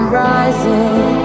rising